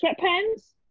sweatpants